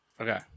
Okay